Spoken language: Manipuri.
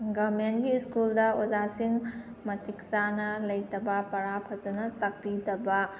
ꯒꯚꯔꯟꯃꯦꯟꯠꯒꯤ ꯁ꯭ꯀꯨꯜꯗ ꯑꯣꯖꯥꯁꯤꯡ ꯃꯇꯤꯛ ꯆꯥꯅ ꯂꯩꯇꯕ ꯄꯔꯥ ꯐꯖꯅ ꯇꯥꯛꯄꯤꯗꯕ